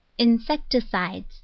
insecticides